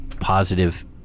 positive